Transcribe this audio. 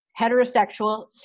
heterosexual